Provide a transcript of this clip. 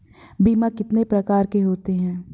बीमा कितने प्रकार के होते हैं?